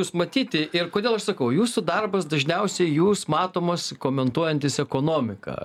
jus matyti ir kodėl aš sakau jūsų darbas dažniausiai jūs matomas komentuojantis ekonomiką